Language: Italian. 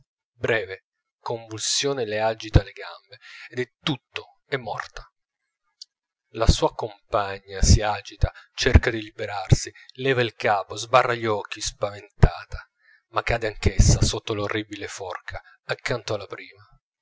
breve convulsione le agita le gambe ed è tutto è morta la sua compagna si agita cerca di liberarsi leva il capo sbarra gli occhi spaventata ma cade anch'essa sotto l'orribile forca accanto alla prima